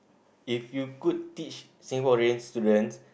if you could teach Singaporean students